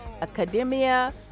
academia